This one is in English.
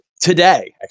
today